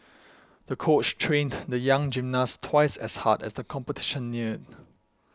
the coach trained the young gymnast twice as hard as the competition neared